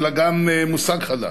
אלא גם מושג חדש,